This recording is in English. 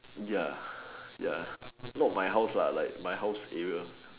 ya ya not my house like my house area